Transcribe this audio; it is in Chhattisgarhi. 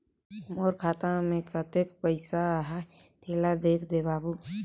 मोर खाता मे कतेक पइसा आहाय तेला देख दे बाबु?